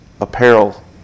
apparel